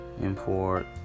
Import